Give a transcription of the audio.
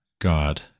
God